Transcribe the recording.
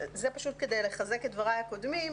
זה כדי לחזק את דבריי הקודמים,